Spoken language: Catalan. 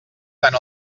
tant